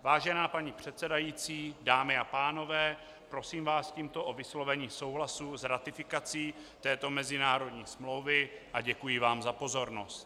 Vážená paní předsedající, dámy a pánové, prosím vás tímto o vyslovení souhlasu s ratifikací této mezinárodní smlouvy a děkuji vám za pozornost.